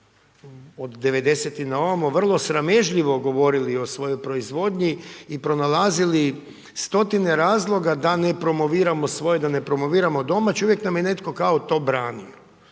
od 90. na ovamo vrlo sramežljivo govorili o svojoj proizvodnji i pronalazili stotine razloga da ne promoviramo svoje, da ne promoviramo domaće i uvijek nam je netko to branio.